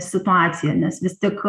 situaciją nes vis tik